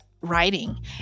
writing